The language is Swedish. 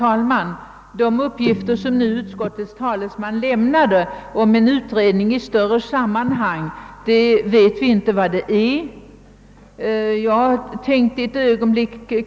Herr talman! Utskottets talesman lämnade en del uppgifter om en utredning i större sammanhang. Vi känner inte till vad den innebär.